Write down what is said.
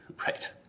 Right